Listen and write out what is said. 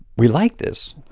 we like this.